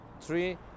three